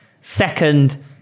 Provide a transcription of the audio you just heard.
Second